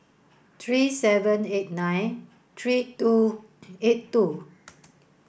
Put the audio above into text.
three seven eight nine three two eight two